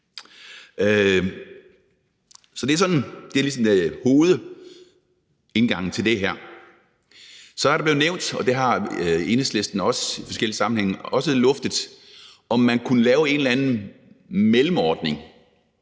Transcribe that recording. Så det er ligesom hovedindgangen til det her. Så er det blevet nævnt, og det har Enhedslisten også luftet i forskellige sammenhænge, om man i stedet for bare at afskaffe den kunne lave en eller anden mellemløsning